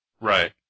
Right